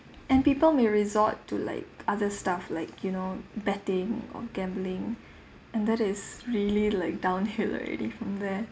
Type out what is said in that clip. and people may resort to like other stuff like you know betting or gambling and that is really like downhill already from there